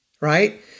right